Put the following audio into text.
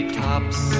tops